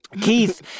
Keith